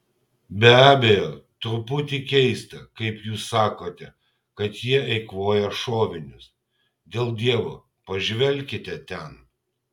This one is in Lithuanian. be abejo truputį keista kaip jūs sakote kad jie eikvoja šovinius dėl dievo pažvelkite ten